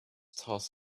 toss